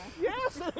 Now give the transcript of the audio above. Yes